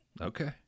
Okay